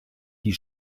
die